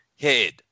head